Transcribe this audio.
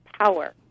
power